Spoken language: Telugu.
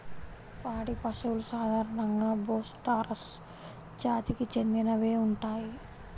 పాడి పశువులు సాధారణంగా బోస్ టారస్ జాతికి చెందినవే ఉంటాయి